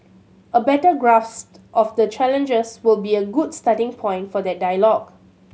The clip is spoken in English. a better grasp of the challenges will be a good starting point for that dialogue